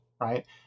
Right